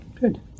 Good